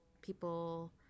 people